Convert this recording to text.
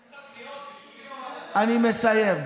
יש עוד קניות, בישולים, אני מסיים,